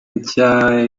nshya